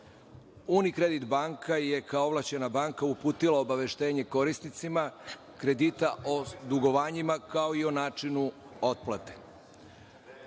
Unikredit banka je kao ovlašćena banka uputila obaveštenje korisnicima kredita o dugovanjima, kao i o načinu otplate.